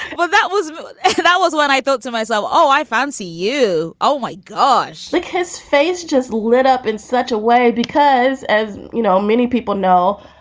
well, that was that was what i thought to myself oh, i fancy you. oh, my gosh look, his face just lit up in such a way because as you know, many people know